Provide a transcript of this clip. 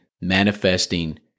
manifesting